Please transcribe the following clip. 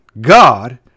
God